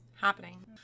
happening